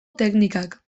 teknikak